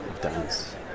dance